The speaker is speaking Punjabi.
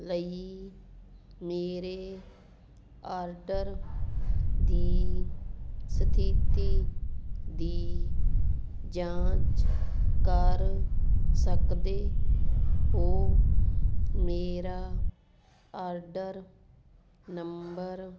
ਲਈ ਮੇਰੇ ਆਰਡਰ ਦੀ ਸਥਿਤੀ ਦੀ ਜਾਂਚ ਕਰ ਸਕਦੇ ਹੋ ਮੇਰਾ ਆਰਡਰ ਨੰਬਰ